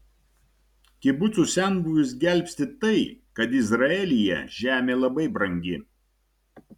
kibucų senbuvius gelbsti tai kad izraelyje žemė labai brangi